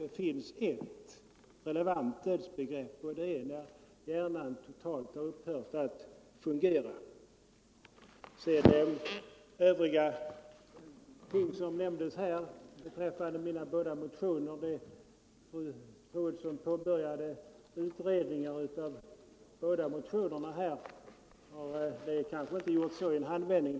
Det finns ett relevant dödsbegrepp — att döden inträder när hjärnan totalt har upphört att fungera. Fru Troedsson påbörjade utredningar beträffande båda mina motioner, men det kanske inte kan utredas i en handvändning.